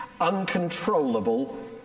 uncontrollable